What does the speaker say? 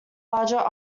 larger